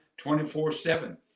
24-7